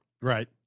Right